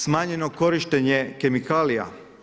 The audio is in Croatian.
Smanjeno korištenje kemikalija.